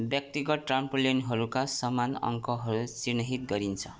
व्यक्तिगत ट्राम्पोलिनहरूका समान अङ्कहरू चिह्नित गरिन्छ